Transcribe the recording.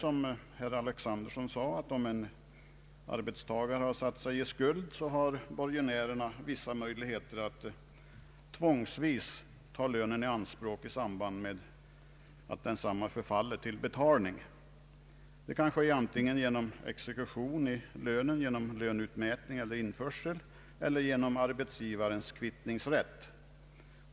Om en arbetstagare satt sig i skuld har, såsom herr Alexanderson sade, borgenärerna vissa möjligheter att tvångsvis ta lönen i anspråk i samband med att skulden förfallit till betalning. Det kan ske antingen genom exekution i lönen, genom löneutmätning eller införsel, eller genom = arbetsgivarens kvittningsrätt.